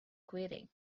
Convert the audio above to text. quitting